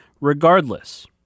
regardless